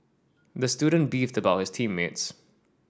the student beefed about his team mates